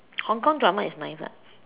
Hong-Kong drama is nice [what]